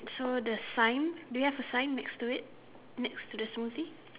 so the sign do you have a sign next to it next to the smoothie